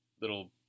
little